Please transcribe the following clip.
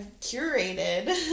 curated